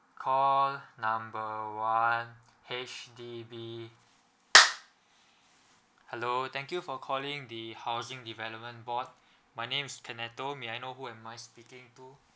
call number one H_D_B hello thank you for calling the housing development board my name is kennetho may I know who am I speaking to